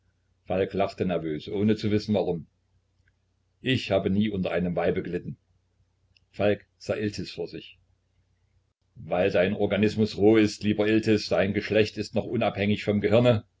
falk lachte nervös ohne zu wissen warum ich habe nie unter einem weibe gelitten falk sah iltis vor sich weil dein organismus roh ist lieber iltis dein geschlecht ist noch unabhängig vom gehirne